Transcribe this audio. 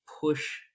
push